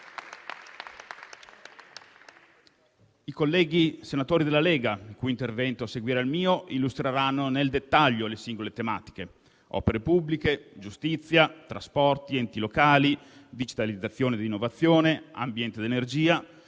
I colleghi senatori della Lega, il cui intervento seguirà il mio, illustreranno nel dettaglio le singole tematiche: opere pubbliche, giustizia, trasporti, enti locali, digitalizzazione e innovazione, ambiente ed energia.